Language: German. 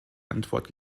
antwort